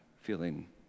feeling